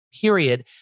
period